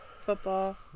football